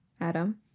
Adam